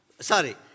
Sorry